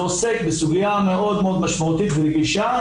עוסק בסוגיה מאוד מאוד משמעותית ורגישה,